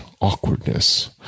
awkwardness